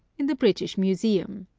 in the british museum.